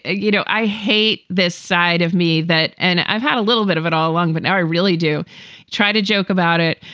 ah you know, i hate this side of me that and i've had a little bit of it all along, but now i really do try to joke about it.